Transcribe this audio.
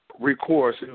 recourse